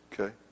Okay